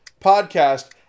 podcast